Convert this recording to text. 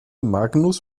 magnus